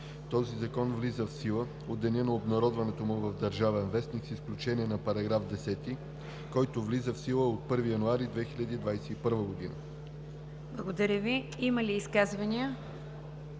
Благодаря Ви. Има ли изказвания?